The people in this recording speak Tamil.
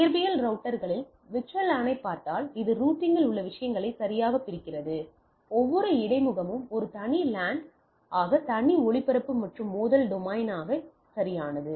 இயற்பியல் ரவுட்டர்களில் LAN ஐப் பார்த்தால் இது ரூட்டிங்கில் உள்ள விஷயங்களை சரியாகப் பிரிக்கிறது ஒவ்வொரு இடைமுகமும் ஒரு தனி LAN ஆக தனி ஒளிபரப்பு மற்றும் மோதல் டொமைன் சரியானது